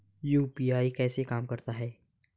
UPI कैसे काम करता है?